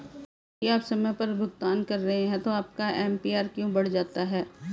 यदि आप समय पर भुगतान कर रहे हैं तो आपका ए.पी.आर क्यों बढ़ जाता है?